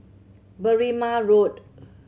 Berrima Road